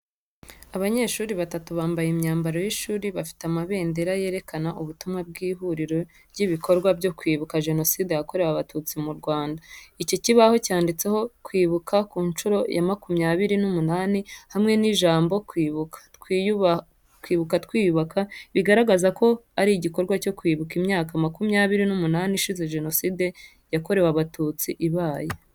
Abanyeshuri batatu bambaye imyambaro y’ishuri, bafite amabendera yerekana ubutumwa bw'ihuriro ry'ibikorwa byo kwibuka jenoside yakorewe abatutsi mu Rwanda. Ku kibaho cyanditseho kwibuka ku nshuro ya makumyabiri n'umunani hamwe n’ijambo Kwibuka twiyubaka bigaragaza ko ari igikorwa cyo kwibuka imyaka makumyabiri n'umunani ishize jenoside yakorewe abatutsi ibaye.